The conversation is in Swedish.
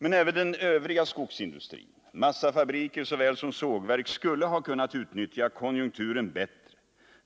Men även den övriga skogsindustrin, massafabriker såväl som sågverk, skulle ha kunnat utnyttja konjunkturen bättre